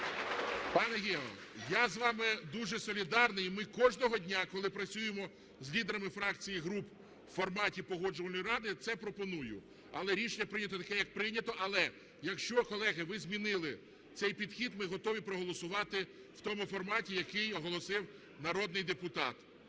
Пан Гео, я з вами дуже солідарний. І ми кожного дня, коли працюємо з лідерами фракцій і груп у форматі Погоджувальної ради, це пропоную. Але рішення прийнято таке, як прийнято. Але якщо, колеги, ви змінили цей підхід, ми готові проголосувати в тому форматі, який оголосив народний депутат.